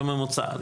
בממוצע.